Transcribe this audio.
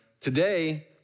Today